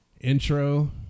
intro